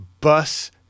bus